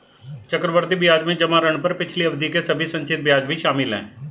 चक्रवृद्धि ब्याज में जमा ऋण पर पिछली अवधि के सभी संचित ब्याज भी शामिल हैं